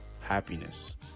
happiness